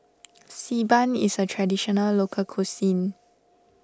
Xi Ban is a Traditional Local Cuisine